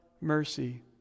mercy